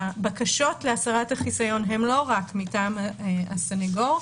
הבקשות להסרת החיסיון הן לא רק מטעם הסנגור,